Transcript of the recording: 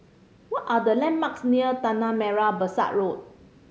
what are the landmarks near Tanah Merah Besar Road